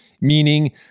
meaning